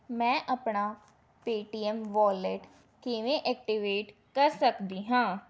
ਮੈਂ ਆਪਣਾ Paytm wallet ਕਿਵੇਂ ਐਕਟੀਵੇਟ ਕਰ ਸਕਦੀ ਹਾਂ